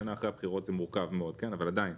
אחרי הבחירות זה מורכב מאוד אבל עדיין,